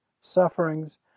sufferings